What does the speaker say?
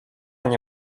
nie